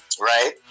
right